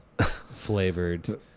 flavored